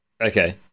Okay